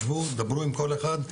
תשבו, תדברו עם כל אחד.